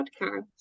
podcast